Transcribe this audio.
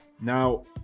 Now